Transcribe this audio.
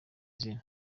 izina